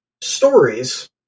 stories